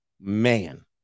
Man